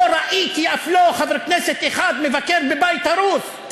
לא ראיתי אף לא חבר כנסת אחד מבקר בבית הרוס.